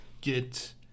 get